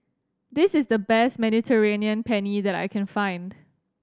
this is the best Mediterranean Penne that I can find